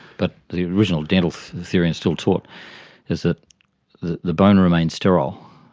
but the original dental theory and still taught is that the the bone remains sterile,